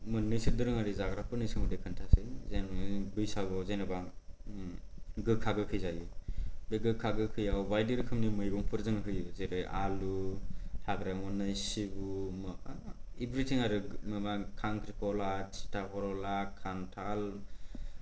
मोननैसो दोरोङारि जाग्राफोरखौ सोमोन्दै खिन्थासै बैसागुयाव जेनेबा गोखा गोखै जायो बे गोखा गोखैयाव बायदि रोखोमनि मैगंफोर जों होयो जेरै आलु हाग्रानि सिब्रु एभ्रिथिं आरो खांख्रिखला थिथा करला खान्थाल